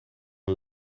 een